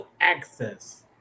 access